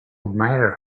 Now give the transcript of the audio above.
matter